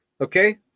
Okay